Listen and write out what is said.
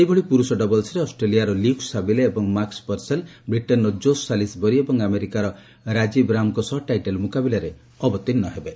ସେହିଭଳି ପୁରୁଷ ଡବଲ୍ସରେ ଅଷ୍ଟ୍ରେଲିଆର ଲ୍ୟୁକ୍ ସାବିଲେ ଏବଂ ମାକ୍କ ପର୍ସେଲ୍ ବ୍ରିଟେନ୍ର ଜୋସ୍ ସାଲିସ୍ବରି ଏବଂ ଆମେରିକାର ରାଜୀବ୍ରାମଙ୍କ ସହ ଟାଇଟଲ୍ ମୁକାବିଲାରେ ଅବତୀର୍ଣ୍ଣ ହେବେ